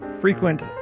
frequent